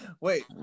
Wait